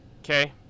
Okay